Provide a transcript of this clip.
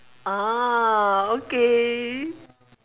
orh okay